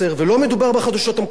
ולא מדובר רק ב"מעריב",